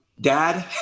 dad